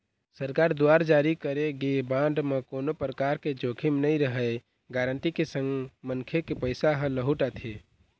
सरकार दुवार जारी करे गे बांड म कोनो परकार के जोखिम नइ रहय गांरटी के संग मनखे के पइसा ह लहूट आथे